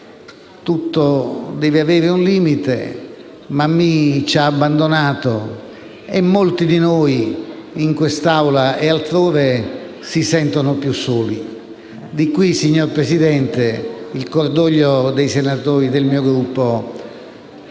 tutto deve avere un limite: Mammì ci ha abbandonato e molti di noi, in quest'Aula e altrove, si sentono più soli. Da qui, signor Presidente, il cordoglio dei senatori del mio Gruppo